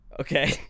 Okay